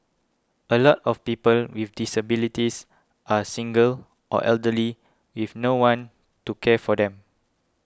a lot of people with disabilities are single or elderly with no one to care for them